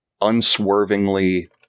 unswervingly